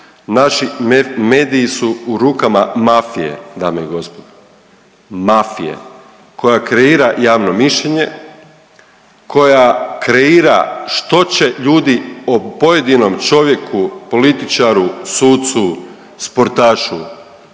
naši mediji su u rukama mafije dame i gospodo, mafije koja kreira javno mišljenje, koja kreira što će ljudi o pojedinom čovjeku, političaru, sucu, sportašu,